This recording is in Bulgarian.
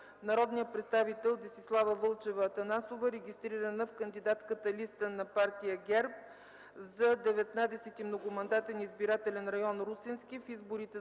народният представител Десислава Вълчева Атанасова, регистрирана в кандидатската листа на Партия ГЕРБ за 19. многомандатен избирателен район – Русенски, в изборите